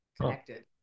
connected